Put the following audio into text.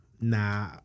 nah